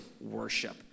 worship